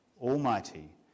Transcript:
Almighty